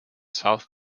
south